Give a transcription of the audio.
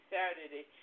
Saturday